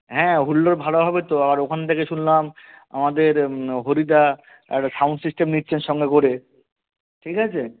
হ্যাঁ হুল্লোড় ভালো হবে তো আবার ওখান থেকে শুনলাম আমাদের হরিদা একটা সাউন্ড সিস্টেম নিচ্ছে সঙ্গে করে ঠিক আছে